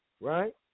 right